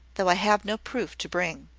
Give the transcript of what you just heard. though i have no proof to bring.